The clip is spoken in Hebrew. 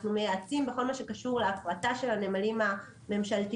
אנחנו מייעצים בכל מה שקשור להפרטה של הנמלים הממשלתיים.